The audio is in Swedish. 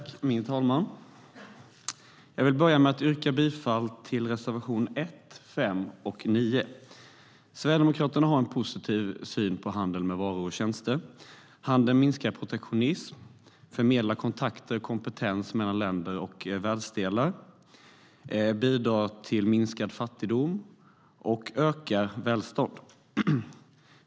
Herr talman! Jag vill börja med att yrka bifall till reservationerna 1, 5 och 9.Sverigedemokraterna har en positiv syn på handel med varor och tjänster. Handeln minskar protektionism, förmedlar kontakter och kompetens mellan länder och världsdelar, bidrar till minskad fattigdom och ökar välstånd.